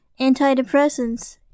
antidepressants